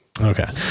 okay